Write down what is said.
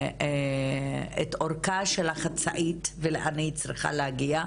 את אורכה של החצאית ולאן היא צריכה להגיע,